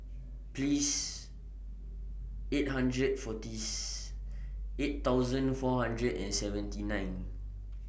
Please eight hundred forty's eight thousand four hundred and seventy nine